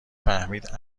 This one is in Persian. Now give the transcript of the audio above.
فهمید